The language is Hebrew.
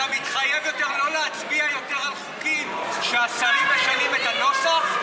אתה מתחייב לא להצביע יותר על חוקים שהשרים משנים את הנוסח?